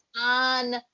on